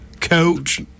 coach